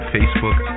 Facebook